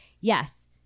yes